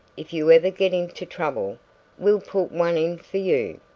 if you ever get into trouble, we'll put one in for you.